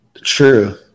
True